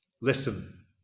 Listen